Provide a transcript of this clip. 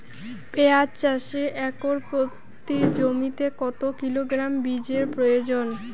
পেঁয়াজ চাষে একর প্রতি জমিতে কত কিলোগ্রাম বীজের প্রয়োজন?